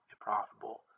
profitable